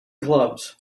clubs